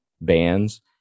bands